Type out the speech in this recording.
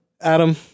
Adam